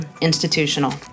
institutional